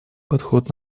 подход